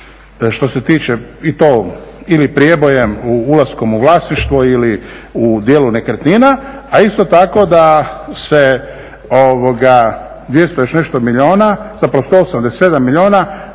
što se tiče i to ili prijebojem ulaskom u vlasništvo ili u dijelu nekretnina a isto tako da se 200 i još nešto milijuna,